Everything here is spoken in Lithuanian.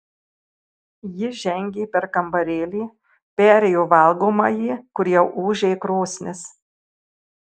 ji žengė per kambarėlį perėjo valgomąjį kur jau ūžė krosnis